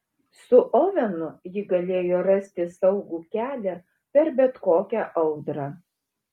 su ovenu ji galėjo rasti saugų kelią per bet kokią audrą